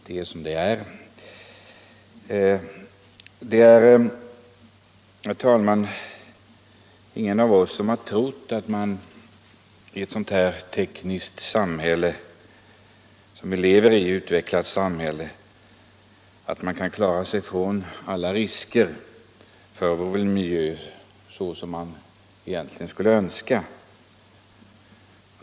Det är, herr talman, ingen av oss som har trott att miljön i ett sådant här tekniskt och utvecklat samhälle som vi lever i kan klara sig från alla risker, som man egentligen skulle önska.